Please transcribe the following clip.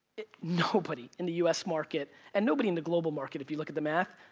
nobody in the u s. market and nobody in the global market, if you look at the math,